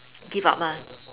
give up ah